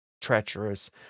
treacherous